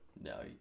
No